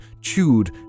chewed